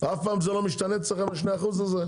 אף פעם זה לא משתנה אצלכם 2% הזה?